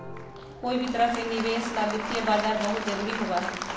कोई भी तरह के निवेश ला वित्तीय बाजार बहुत जरूरी होबा हई